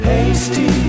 Hasty